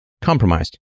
compromised